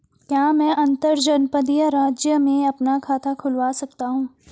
क्या मैं अंतर्जनपदीय राज्य में भी अपना खाता खुलवा सकता हूँ?